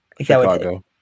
Chicago